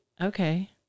Okay